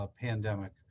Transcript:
pandemic